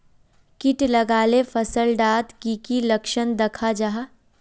किट लगाले फसल डात की की लक्षण दखा जहा?